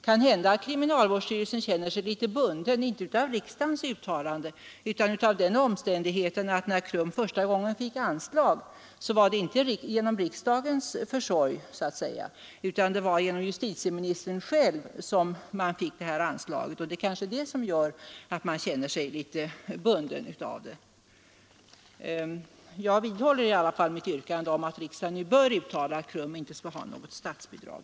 Kanhända känner sig kriminalvårdsstyrelsen litet bunden, inte av riksdagens uttalande utan av den omständigheten att KRUM, när organisationen första gången fick anslag, inte erhöll det genom beslut av riksdagen utan genom justitieministern själv. Jag vidhåller i alla fall mitt yrkande om att riksdagen bör uttala att KRUM inte skall ha något statsbidrag.